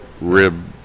rib